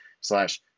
slash